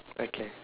okay